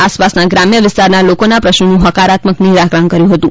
આસપાસના ગ્રામ્ય વિસ્તારના લોકોના પ્રશ્નોનું હકારાત્મક નિરાકરણ કર્યું હતું